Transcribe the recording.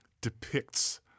depicts